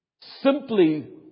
simply